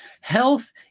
Health